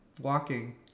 walking